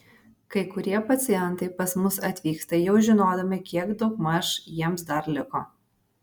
kai kurie pacientai pas mus atvyksta jau žinodami kiek daugmaž jiems dar liko